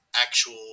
actual